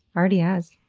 already has,